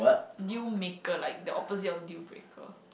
deal maker like the opposite of deal breaker